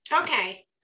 Okay